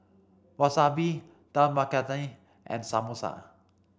Wasabi Dal Makhani and Samosa